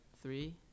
three